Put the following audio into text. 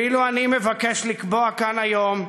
ואילו אני מבקש לקבוע כאן היום,